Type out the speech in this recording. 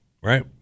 right